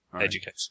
education